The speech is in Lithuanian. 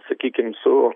sakykim su